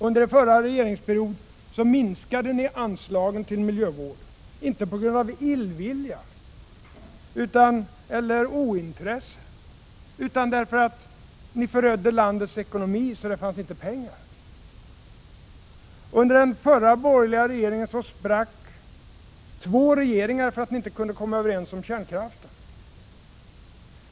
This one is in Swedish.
Under er förra regeringstid minskade anslagen till miljövården, inte på grund av illvilja eller ointresse utan därför att ni förödde landets ekonomi så att det inte fanns pengar. Under den förra borgerliga regeringsperioden sprack två regeringar för att ni inte kunde komma överens om kärnkraften.